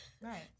right